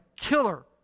killer